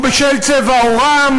או בשל צבע עורם